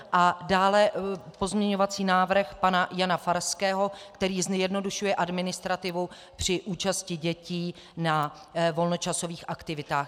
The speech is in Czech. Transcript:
A dále pozměňovací návrh pana Jana Farského, který zjednodušuje administrativu při účasti dětí na volnočasových aktivitách.